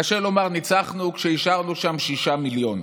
קשה לומר "ניצחנו" כשהשארנו שם שישה מיליון.